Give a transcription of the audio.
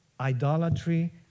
Idolatry